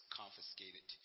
confiscated